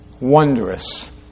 wondrous